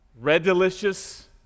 red-delicious